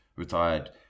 retired